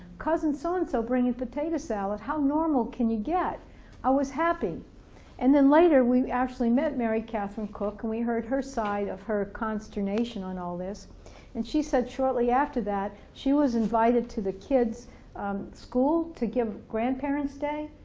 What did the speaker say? cousin so in so bringing potato salad how normal can you get i was happy and then later we actually met mary catherine cook and we heard her side of her consternation on all this and she said shortly after that she was invited to the kids' school to give grandparents day.